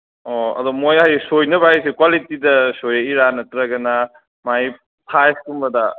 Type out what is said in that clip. ꯑꯣ ꯑꯗꯣ ꯃꯣꯏ ꯍꯥꯏꯁꯦ ꯁꯣꯏꯅꯕ ꯍꯥꯏꯁꯦ ꯀ꯭ꯋꯥꯂꯤꯇꯤꯗ ꯁꯣꯏꯔꯛꯏꯔꯥ ꯅꯠꯇ꯭ꯔꯒꯅ ꯃꯥꯏ ꯁꯥꯏꯖꯀꯨꯝꯕꯗ